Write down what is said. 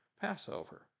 Passover